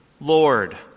Lord